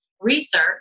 research